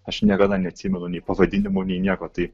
aš niekada neatsimenu nei pavadinimų nei nieko tai